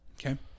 Okay